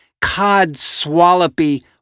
cod-swallopy